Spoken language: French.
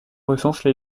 recense